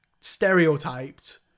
stereotyped